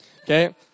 Okay